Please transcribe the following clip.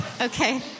Okay